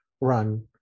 run